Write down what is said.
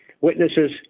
witnesses